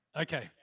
okay